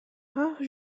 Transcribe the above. rare